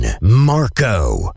Marco